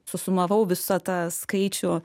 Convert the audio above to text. susumavau visą tą skaičių